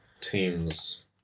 teams